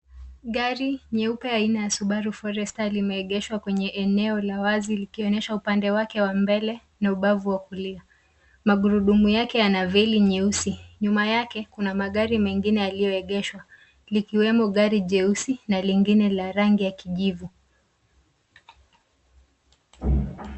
Gari nyeupe aina ya Subaru Forester limeegeshwa kwenye eneo la wazi likionyesha upande wake wa mbele na ubavu wa kulia. Magurudumu yake yana veili nyeusi, nyuma yake kuna magari mengine yaliyoegeshwa likiwemo gari jeusi na lingine la rangi ya kijivu.